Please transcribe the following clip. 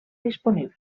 disponible